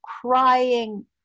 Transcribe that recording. crying